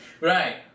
Right